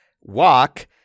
walk